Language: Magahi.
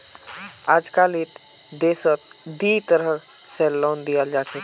अजकालित देशत दी तरह स लोन दियाल जा छेक